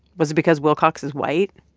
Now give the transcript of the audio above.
was it because wilcox is white?